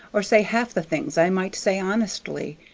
or say half the things i might say honestly.